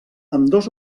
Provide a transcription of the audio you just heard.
ambdós